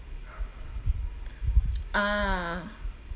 ah